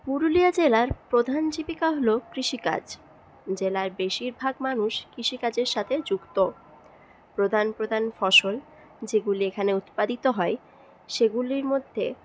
পুরুলিয়া জেলার প্রধান জীবিকা হল কৃষিকাজ জেলার বেশিরভাগ মানুষ কৃষিকাজের সাথে যুক্ত প্রধান প্রধান ফসল যেগুলি এখানে উৎপাদিত হয় সেগুলির মধ্যে